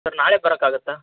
sir ನಾಳೆ ಬರೋಕ್ಕಾಗುತ್ತಾ